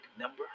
number